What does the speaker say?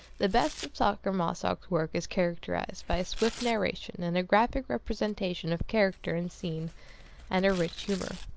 the best of sacher-masoch's work is characterized by a swift narration and a graphic representation of character and scene and a rich humor.